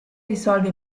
risolve